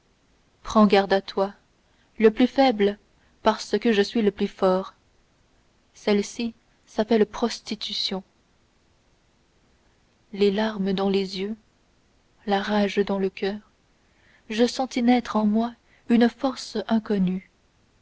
prends garde à toi le plus faible parce que je suis le plus fort celle-ci s'appelle prostitution les larmes dans les yeux la rage dans le coeur je sentis naître en moi une force inconnue